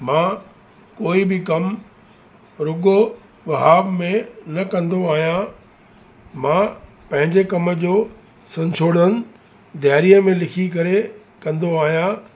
मां कोई बि कम रुॻो ख़्वाब में न कंदो आहियां मां पंहिंजे कम जो संशोधन ॾियारीअ में लिखी करे कंदो आहियां